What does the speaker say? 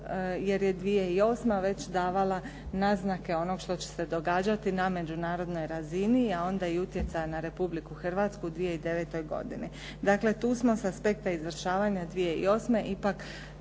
jer je 2008. davala naznake onog što će se događati na međunarodnoj razini, a onda i utjecaja na Republiku Hrvatsku u 2009. godini. Dakle, tu smo sa aspekta izvršavanje 2008. ipak